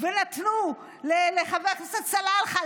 ונתנו לחבר הכנסת סלאלחה,